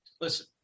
Listen